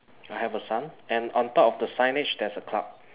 I have a sun and on top of the signage there's a cloud